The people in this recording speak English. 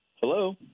Hello